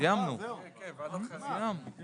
עכשיו מנשיאות